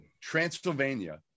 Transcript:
Transylvania